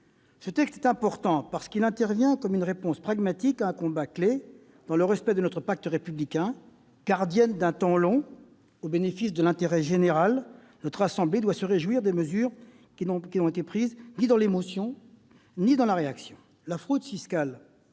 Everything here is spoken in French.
Ce texte est important parce qu'il intervient comme une réponse pragmatique à une question clé dans le respect de notre pacte républicain. Gardienne d'un temps long au bénéfice de l'intérêt général, notre assemblée doit se réjouir de mesures qui n'ont été prises ni dans l'émotion ni dans la réaction. La fraude fiscale